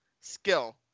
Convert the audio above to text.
Skill